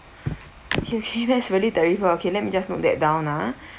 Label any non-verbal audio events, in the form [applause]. [noise] that's really terrible okay let me just note that down ah